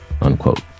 unquote